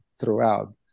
throughout